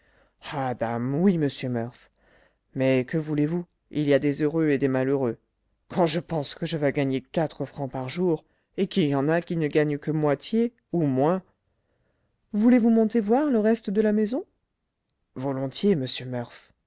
oui monsieur murph mais que voulez-vous il y a des heureux et des malheureux quand je pense que je vas gagner quatre francs par jour et qu'il y en a qui ne gagnent que moitié ou moins voulez-vous monter voir le reste de la maison volontiers monsieur